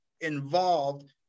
involved